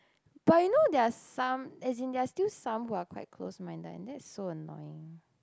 but you know there are some as in there are still some who are quite close minded and that's so annoying